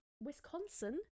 Wisconsin